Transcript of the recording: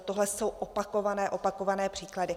Tohle jsou opakované, opakované příklady.